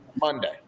Monday